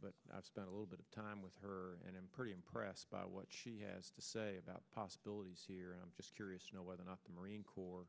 but i've spent a little bit of time with her and i'm pretty impressed by what she has to say about possibilities here i'm just curious to know whether or not the marine corps